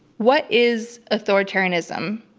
what is authoritarianism,